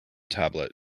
tablet